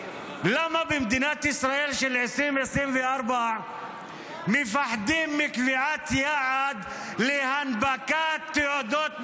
למה במדינת ישראל של 2024 מפחדים מקביעת יעד להנפקת תעודות בגרות?